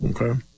Okay